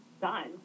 done